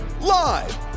live